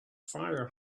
fire